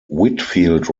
whitfield